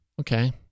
Okay